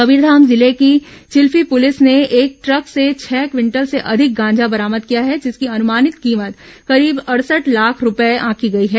कबीरधाम जिले की चिल्फी पुलिस ने एक ट्रक से छह क्विंटल से अधिक गांजा बरामद किया है जिसकी अनुमानित कीमत करीब सडसठ लाख रूपये आंकी गई है